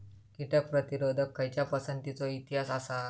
कीटक प्रतिरोधक खयच्या पसंतीचो इतिहास आसा?